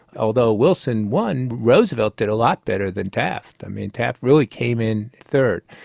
although wilson won, roosevelt did a lot better than taft. i mean taft really came in third.